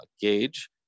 gauge